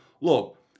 look